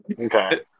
Okay